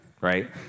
right